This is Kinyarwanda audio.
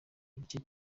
igice